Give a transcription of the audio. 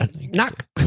Knock